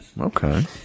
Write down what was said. okay